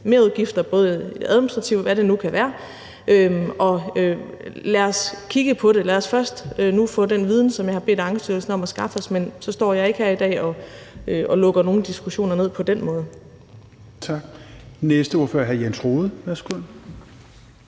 merudgifter, både de administrative, og hvad det nu kan være. Lad os kigge på det, men lad os først nu få den viden, som jeg har bedt Ankestyrelsen om at skaffe os. På den måde står jeg ikke her i dag og lukker nogen diskussioner ned. Kl. 17:18 Tredje næstformand (Rasmus Helveg